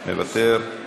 מוותר,